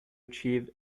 achieve